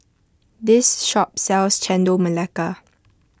this shop sells Chendol Melaka